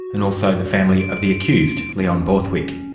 and also the family of the accused, leon borthwick.